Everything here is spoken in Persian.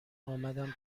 آمدم